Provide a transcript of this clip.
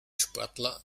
sportler